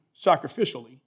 sacrificially